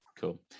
Cool